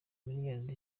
miliyoni